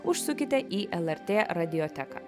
užsukite į lrt radioteką